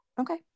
Okay